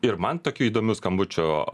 ir man tokių įdomių skambučių